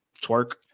Twerk